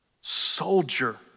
soldier